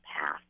path